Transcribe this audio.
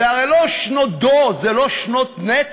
זה הרי לא שנות דור, זה לא שנות נצח.